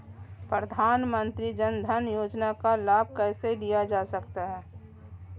प्रधानमंत्री जनधन योजना का लाभ कैसे लिया जा सकता है?